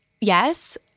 Yes